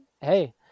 hey